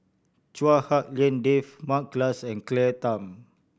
Chua Hak Lien Dave Mary Klass and Claire Tham